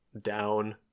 down